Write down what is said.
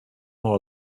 more